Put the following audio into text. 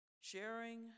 Sharing